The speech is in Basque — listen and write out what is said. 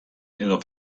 edo